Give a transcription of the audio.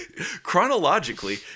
Chronologically